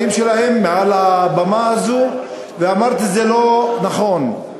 שלהם מעל הבמה הזאת ואמרתי: זה לא נכון.